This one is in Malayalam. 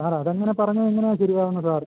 സാർ അതങ്ങനെ പറഞ്ഞാൽ എങ്ങനെയാണ് ശരിയാവുന്നത് സാർ